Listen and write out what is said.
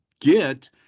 get –